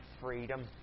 freedom